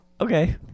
okay